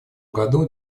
году